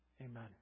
Amen